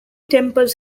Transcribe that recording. temples